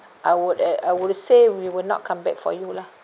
I would uh I would say we will not come back for you lah